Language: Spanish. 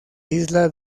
isla